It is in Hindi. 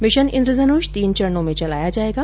मिशन इन्द्रधन्ष तीन चरणों में चलाया जायेगा